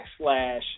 backslash